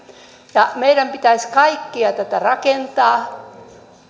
meidän pitäisi kaikkea tätä rakentaa